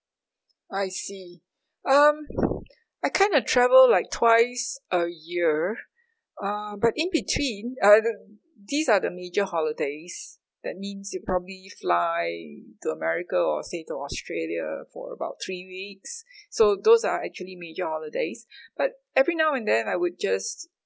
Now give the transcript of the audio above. I see um I kind of travel like twice a year uh but in between uh the these are the major holidays that means we probably fly to america or say to australia for about three weeks so those are actually major holidays but every now and then I would just